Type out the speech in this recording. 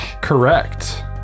Correct